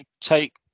take